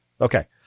Okay